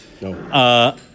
No